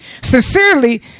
sincerely